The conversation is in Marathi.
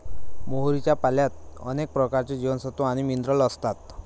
मोहरीच्या पाल्यात अनेक प्रकारचे जीवनसत्व आणि मिनरल असतात